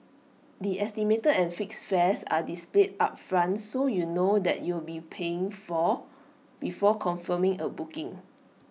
the estimated and fixed fares are displayed upfront so you know that you'll be paying for before confirming A booking